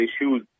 issues